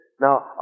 Now